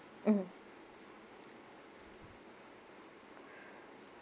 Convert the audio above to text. mmhmm